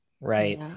right